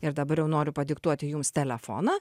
ir dabar jau noriu padiktuoti jums telefoną